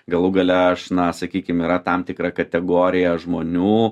galų gale aš na sakykim yra tam tikra kategorija žmonių